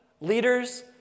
leaders